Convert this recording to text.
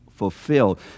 fulfilled